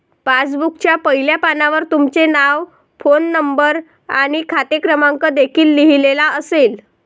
पासबुकच्या पहिल्या पानावर तुमचे नाव, फोन नंबर आणि खाते क्रमांक देखील लिहिलेला असेल